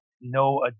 no